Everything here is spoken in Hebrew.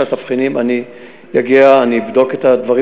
התבחינים, אני אגיע, אני אבדוק את הדברים.